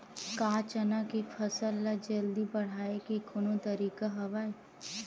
का चना के फसल ल जल्दी बढ़ाये के कोनो तरीका हवय?